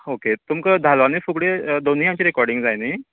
okay तुमकां धालो आनी फुगडी दोनूय हाचें रिकाॅर्डिंग जाय न्ही